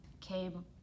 came